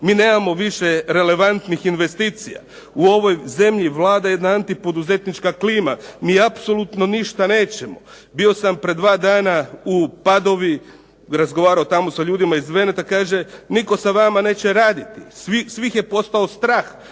mi nemamo više relevantnih investicija, u ovoj zemlji vlada jedna anti poduzetnička klima, mi apsolutno ništa nećemo. Bio sam prije dva dana u Padovi, razgovarao tamo s ljudima iz Veneta kaže nitko sa vama neće raditi, svih je posao strah